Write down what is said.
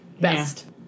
best